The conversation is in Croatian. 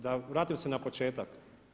Da vratim se na početak.